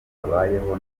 abayeho